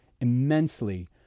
immensely